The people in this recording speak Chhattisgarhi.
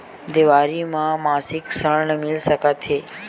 देवारी म मासिक ऋण मिल सकत हे?